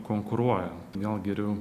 konkuruoja gal geriau